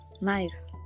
Nice